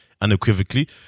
unequivocally